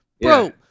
Bro